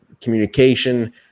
communication